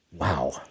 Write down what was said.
Wow